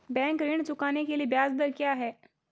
Bank ऋण चुकाने के लिए ब्याज दर क्या है?